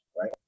Right